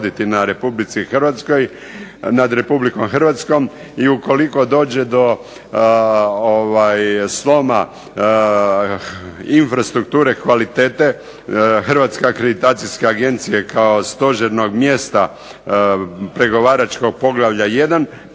nad RH. I ukoliko dođe do sloma infrastrukture kvalitete Hrvatska akreditacijska agencija kao stožernog mjesta pregovaračkog Poglavlja 1.